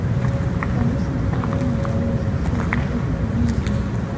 फलो से जो फाइबर मिलता है, उसका स्रोत भी खेती पर ही निर्भर है